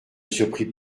surprit